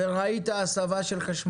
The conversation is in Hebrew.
ראית הסבה של חשמלי?